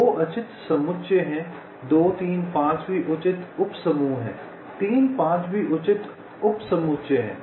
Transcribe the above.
2 उचित समुच्चय है 2 3 5 भी उचित उपसमूह है 3 5 भी उचित उपसमुच्चय है